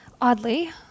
Oddly